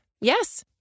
Yes